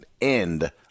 end